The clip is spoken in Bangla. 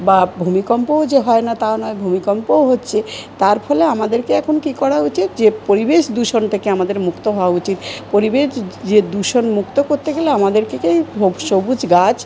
বা ভূমিকম্পও যে হয় না তাও নয় ভূমিকম্পও হচ্ছে তার ফলে আমাদেরকে এখন কী করা উচিত যে পরিবেশ দূষণ থেকে আমাদের মুক্ত হওয়া উচিত পরিবেশ যে দূষণ মুক্ত করতে গেলে আমাদের থেকেই ও সবুজ গাছ